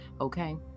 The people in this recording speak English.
okay